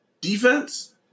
defense